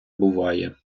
буває